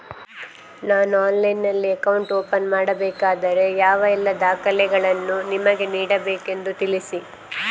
ನಾನು ಆನ್ಲೈನ್ನಲ್ಲಿ account open ಮಾಡಬೇಕಾದರೆ ಯಾವ ಎಲ್ಲ ದಾಖಲೆಗಳನ್ನು ನಿಮಗೆ ನೀಡಬೇಕೆಂದು ತಿಳಿಸಿ?